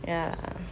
ya